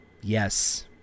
Yes